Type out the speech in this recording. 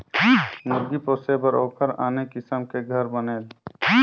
मुरगी पोसे बर ओखर आने किसम के घर बनेल